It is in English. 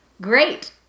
great